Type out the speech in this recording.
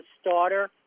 starter